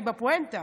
אני בפואנטה.